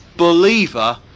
believer